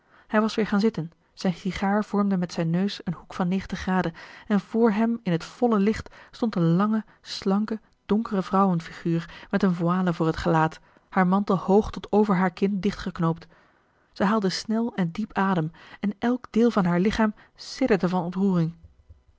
hij was weer gaan zitten zijn sigaar vormde met zijn neus een hoek van en voor hem in het volle licht stond een lange slanke donkere vrouwenfiguur met een voile voor het gelaat haar mantel hoog tot over haar kin dichtgeknoopt zij haalde snel en diep adem en elk deel van haar lichaam sidderde van ontroering